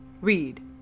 read